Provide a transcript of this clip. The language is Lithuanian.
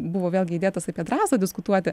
buvo vėlgi įdėtas apie drąsą diskutuoti